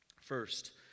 First